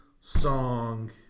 song